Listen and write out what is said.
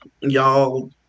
y'all